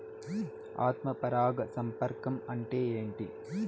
ఆత్మ పరాగ సంపర్కం అంటే ఏంటి?